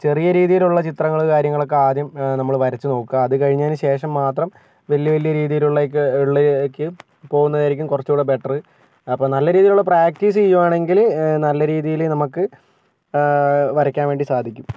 ചെറിയ രീതിയിലുള്ള ചിത്രങ്ങൾ കാര്യങ്ങളൊക്കെ ആദ്യം നമ്മൾ വരച്ചു നോക്കുക അത് കഴിഞ്ഞതിന് ശേഷം മാത്രം വലിയ വലിയ രീതിയിലുള്ളതൊക്കെ ഉള്ളതൊക്കെ പോകുന്നതായിരിക്കും കുറച്ചു കൂടി ബെറ്റർ അപ്പോൾ നല്ല രീതിയിലുളള പ്രാക്ടീസ് ചെയ്യുകയാണെങ്കിൽ നല്ല രീതിയിൽ നമുക്ക് വരക്കാൻ വേണ്ടി സാധിക്കും